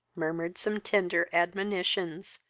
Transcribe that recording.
murmured some tender admonitions,